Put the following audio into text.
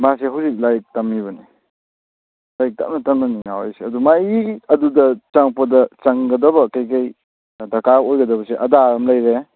ꯃꯥꯁꯤ ꯑꯩꯈꯣꯏꯒꯤ ꯂꯥꯏꯔꯤꯛ ꯇꯝꯂꯤꯕꯅꯤ ꯍꯣꯏ ꯇꯞꯅ ꯇꯞꯅꯅꯤ ꯉꯥꯎꯔꯛꯏꯁꯦ ꯑꯗꯨ ꯃꯥꯒꯤ ꯑꯗꯨꯗ ꯆꯪꯂꯛꯄꯗ ꯆꯪꯒꯗꯕ ꯀꯔꯤ ꯀꯔꯤ ꯗꯔꯀꯥꯔ ꯑꯣꯏꯒꯗꯕꯁꯦ ꯑꯗꯥꯔ ꯑꯃ ꯂꯩꯔꯦ